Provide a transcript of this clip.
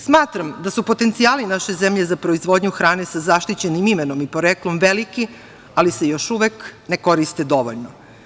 Smatram da su potencijali naše zemlje za proizvodnju hrane sa zaštićenim imenom i poreklom veliki, a se još uvek ne koriste dovoljno.